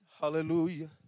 hallelujah